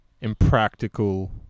impractical